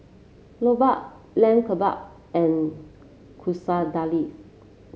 Jokbal Lamb Kebabs and Quesadillas